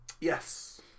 Yes